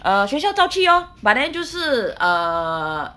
err 学校照去 oh but then 就是 err